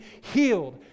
healed